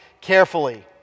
carefully